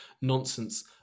nonsense